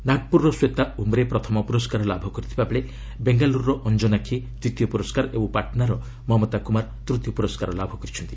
ନାଗପୁରର ଶ୍ୱେତା ଉମରେ ପ୍ରଥମ ପୁରସ୍କାର ଲାଭ କରିଥିବାବେଳେ ବେଙ୍ଗାଲୁରୁର ଅଞ୍ଜନାକ୍ଷୀ ଦ୍ୱିତୀୟ ପୁରସ୍କାର ଓ ପାଟନାର ମମତା କୁମାର ତୂତୀୟ ପୁରସ୍କାର ଲାଭ କରିଛନ୍ତି